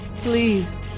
please